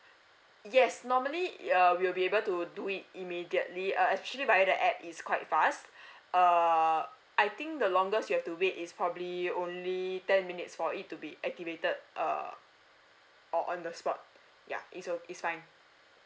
yes normally uh we'll be able to do it immediately uh actually via the app is quite fast err I think the longest you have to wait is probably only ten minutes for it to be activated err or on the spot ya it's o~ it's fine